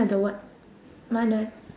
don't what mine don't have